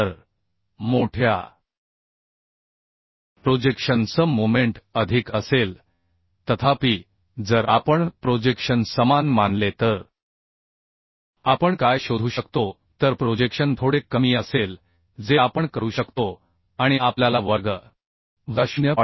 तर मोठ्या प्रोजेक्शन सह मोमेंट अधिक असेल तथापि जर आपण प्रोजेक्शन समान मानले तर आपण काय शोधू शकतो तर प्रोजेक्शन थोडे कमी असेल जे आपण करू शकतो आणि आपल्याला वर्गवजा 0